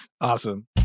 Awesome